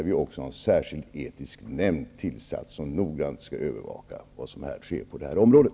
En särskild etisk nämnd har ju tillsatts som har att noga övervaka vad som sker på det här området.